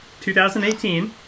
2018